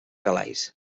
calais